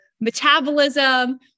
metabolism